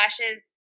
lashes